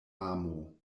amo